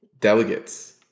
delegates